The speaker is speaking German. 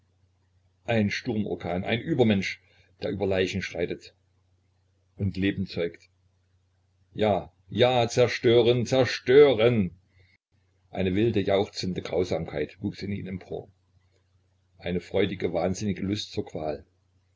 ein sturmorkan ein übermensch der über leichen schreitet und leben zeugt ja ja zerstören zerstören eine wilde jauchzende grausamkeit wuchs in ihm empor eine freudige wahnsinnige lust zur qual